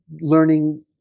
Learning